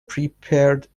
prepared